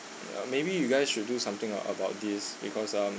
um maybe you guys should do something ah about this because um